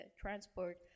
transport